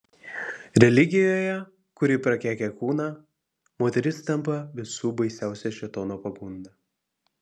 religijoje kuri prakeikia kūną moteris tampa visų baisiausia šėtono pagunda